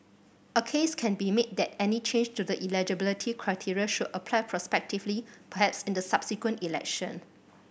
a case can be made that any change to the eligibility criteria should apply prospectively perhaps in the subsequent election